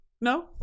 No